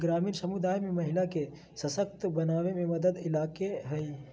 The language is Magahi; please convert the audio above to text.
ग्रामीण समुदाय में महिला के सशक्त बनावे में मदद कइलके हइ